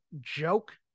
joke